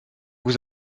vous